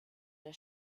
der